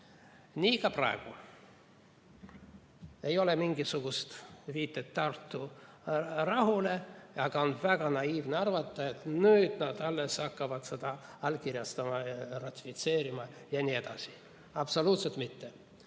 Nii on ka praegu. Ei ole mingisugust viidet Tartu rahule, aga on väga naiivne arvata, et nüüd nad hakkavad seda allkirjastama, ratifitseerima jne. Absoluutselt mitte.